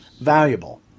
valuable